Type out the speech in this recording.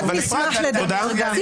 זה במסגרת עבודה מסודרת על חוק-יסוד: